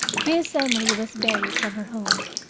miss emily was buried from her home.